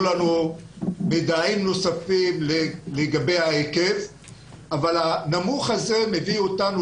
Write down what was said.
לנו מידעים נוספים לגבי ההיקף אבל הנמוך הה מביא אותנו